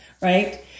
right